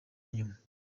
nyuma